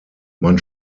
man